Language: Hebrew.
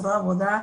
זרוע העבודה,